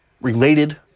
related